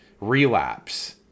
Relapse